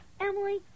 Emily